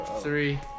three